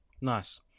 nice